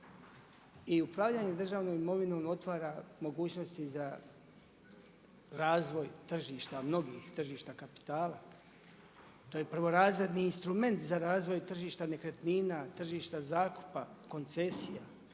I upravljanje državnom imovinom otvara mogućnosti za razvoj tržišta, mnogih tržišta kapitala, to je prvorazredni instrument za razvoj tržišta nekretnina, tržišta zakupa, koncesija,